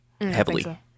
heavily